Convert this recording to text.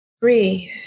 breathe